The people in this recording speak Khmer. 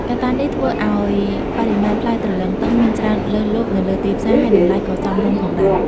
កត្តានេះធ្វើឱ្យបរិមាណផ្លែទ្រលឹងទឹងមានច្រើនលើសលប់នៅលើទីផ្សារ ហើយតម្លៃក៏សមរម្យផងដែរ។